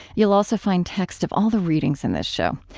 you'll also find text of all the readings in this show.